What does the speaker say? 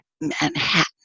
Manhattan